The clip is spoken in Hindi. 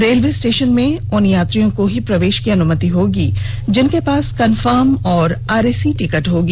रेलवे स्टेशन में उन यात्रियों को ही प्रवेश की अनुमति होगी जिनके पास कन्फर्म और आरएसी टिकट होगा